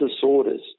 disorders